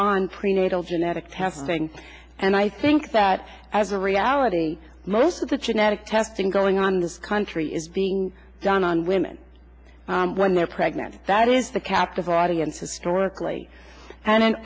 on prenatal genetic testing and i think that as a reality most of the churn out of testing going on in this country is being done on women when they're pregnant that is the captive audience historically and